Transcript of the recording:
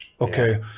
okay